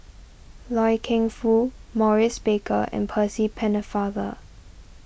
Loy Keng Foo Maurice Baker and Percy Pennefather